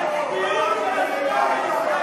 אתם צבועים.